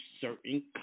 certain